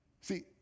See